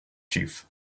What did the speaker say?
chief